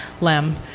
Lem